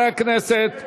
חברי הכנסת,